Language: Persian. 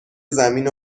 زمین